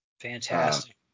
Fantastic